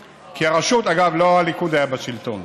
אגב, לא הליכוד היה בשלטון,